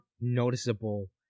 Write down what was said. noticeable